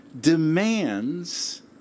demands